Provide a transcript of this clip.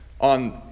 on